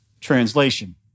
Translation